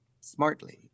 smartly